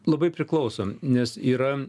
labai priklauso nes yra